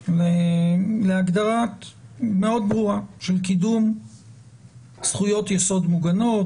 להגדרה מאוד ברורה של קידום זכויות יסוד מוגנות,